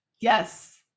Yes